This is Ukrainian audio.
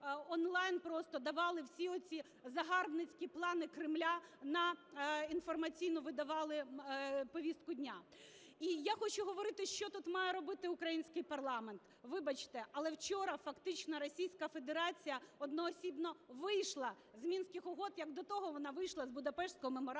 просто давали всі оці загарбницькі плани Кремля, інформаційно видавали повістку дня. І я хочу говорити, що тут має робити український парламент. Вибачте, але вчора фактично Російська Федерація одноосібно вийшла з Мінських угод, як до того вона вийшла з Будапештського меморандуму,